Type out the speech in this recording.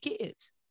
kids